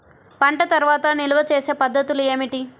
పంట తర్వాత నిల్వ చేసే పద్ధతులు ఏమిటి?